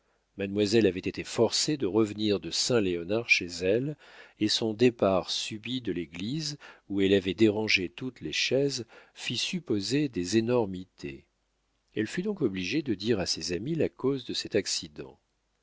mademoiselle avait été forcée de revenir de saint léonard chez elle et son départ subit de l'église où elle avait dérangé toutes les chaises fit supposer des énormités elle fut donc obligée de dire à ses amis la cause de cet accident